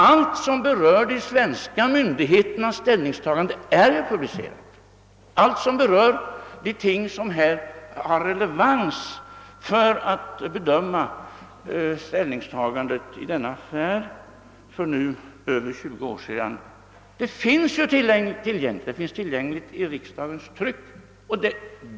Allt som berör de svenska myndigheternas ställningstagande är publicerat, allt som berör de frågor som har relevans, när man skall ta ställning i denna affär som inträffade för över 20 år sedan, finns tillgängligt i riksdagens tryck.